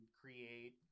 create